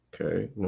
Okay